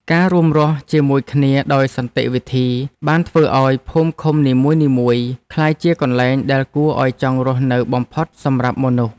ការរួមរស់ជាមួយគ្នាដោយសន្តិវិធី បានធ្វើឱ្យភូមិឃុំនីមួយៗក្លាយជាកន្លែងដែលគួរឱ្យចង់រស់នៅបំផុតសម្រាប់មនុស្ស។